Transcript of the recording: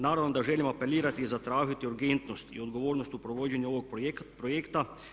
Naravno da želim apelirati i zatražiti od urgentnost i odgovornost u provođenju ovog projekta.